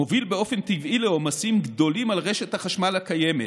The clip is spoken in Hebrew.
מוביל באופן טבעי לעומסים גדולים על רשת החשמל הקיימת.